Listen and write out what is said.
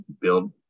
build